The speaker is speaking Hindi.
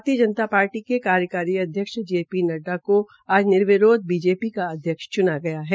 भारतीय जनता पार्टी के कार्यकारी अध्यक्ष जे पी नड्डा को आज निर्विरोध बीजेपी का अध्यक्ष चना गया है